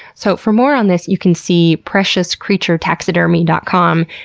so for more on this you can see preciouscreaturetaxidermy dot com.